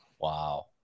Wow